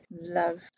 love